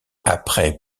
après